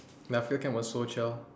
and our field camp was so chiong